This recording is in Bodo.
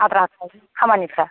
आद्रा थायो खामानिफोरा